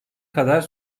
kadar